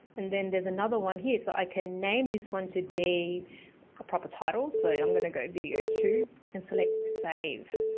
and then there's another one here so i can name this one to be a proper titles. so yeah i'm going to go video two, and select save.